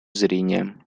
зрения